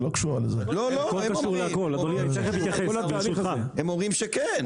הם אומרים שכן.